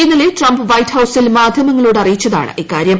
ഇന്നലെ Trump White ഹൌസിൽ മാധ്യമങ്ങളോട് അറിയിച്ചതാണ് ഇക്കാര്യം